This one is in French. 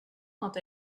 quant